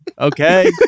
okay